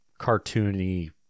cartoony